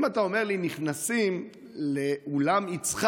אם אתה אומר לי שנכנסים לאולם יצחק